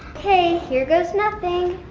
okay, here goes nothing.